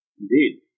Indeed